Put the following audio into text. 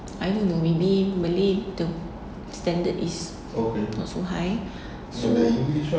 I don't know maybe malay the standard is not high so